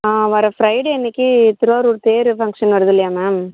வர ஃப்ரைடே அன்னைக்கு திருவாரூர் தேர் ஃபங்க்ஷன் வருது இல்லையா மேம்